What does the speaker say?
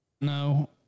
No